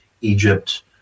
Egypt